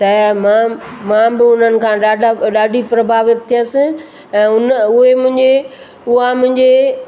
त मां मां बि उन्हनि खां ॾाढा ॾाढी प्रभावित थियसि ऐं उन उहे मुंहिंजे उहा मुंहिंजे